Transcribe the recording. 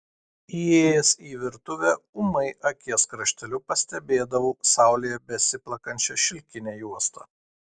įėjęs į virtuvę ūmai akies krašteliu pastebėdavau saulėje besiplakančią šilkinę juostą